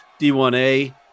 D1A